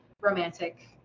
romantic